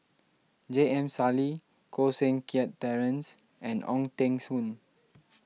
J M Sali Koh Seng Kiat Terence and Ong Teng Koon